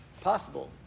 possible